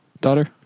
daughter